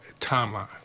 timeline